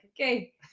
okay